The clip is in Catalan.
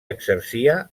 exercia